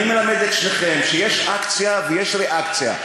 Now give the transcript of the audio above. אני מלמד את שניכם שיש אקציה ויש ריאקציה.